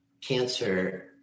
cancer